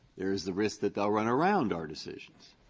there is the risk that they'll run around our decisions.